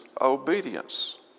obedience